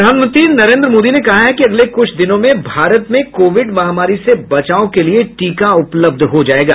प्रधानमंत्री नरेन्द्र मोदी ने कहा है कि अगले कुछ दिनों में भारत में कोविड महामारी से बचाव के लिए टीका उपलब्ध हो जायेगा